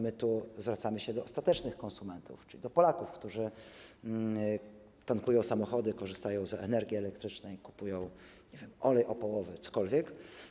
My tu zwracamy się do ostatecznych konsumentów, czyli do Polaków, którzy tankują samochody, korzystają z energii elektrycznej, kupują olej opałowy, cokolwiek.